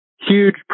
huge